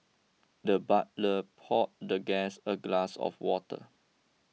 the butler poured the guest a glass of water